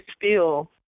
feel